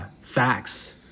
facts